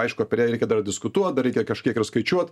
aišku apie ją reikia dar diskutuot dar reikia kažkiek ir skaičiuot